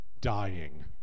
dying